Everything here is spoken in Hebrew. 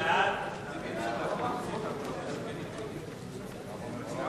חוק העונשין (תיקון